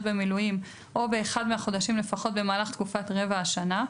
במילואים או באחד מהחודשים לפחות במהלך תקופת רבע השנה,